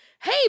hey